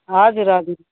हजुर हजुर